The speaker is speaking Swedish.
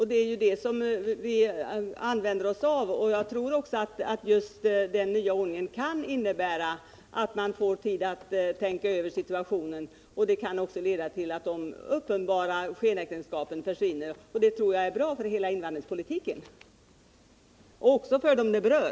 Det är detta vi använder oss av. Och jag tror att den nya ordningen kan innebära att kontrahenterna får tid att tänka över situationen, vilket också kan leda till att de uppenbara skenäktenskapen försvinner. Det tror jag är bra för hela invandringspolitiken och även för dem det berör.